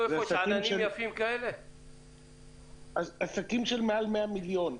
ואלה עסקים של מעל מאה מיליון,